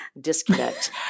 disconnect